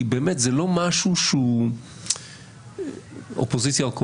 באמת זה לא משהו שהוא של אופוזיציה או קואליציה.